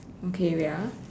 okay wait ah